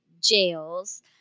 jails